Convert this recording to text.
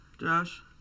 Josh